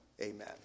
amen